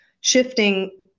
shifting